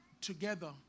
together